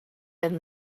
been